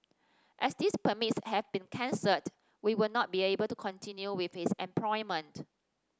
as these permits have been cancelled we would not be able to continue with his employment